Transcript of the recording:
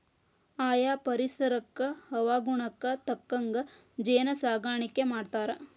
ಆಯಾ ಪರಿಸರಕ್ಕ ಹವಾಗುಣಕ್ಕ ತಕ್ಕಂಗ ಜೇನ ಸಾಕಾಣಿಕಿ ಮಾಡ್ತಾರ